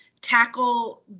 tackle